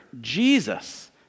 Jesus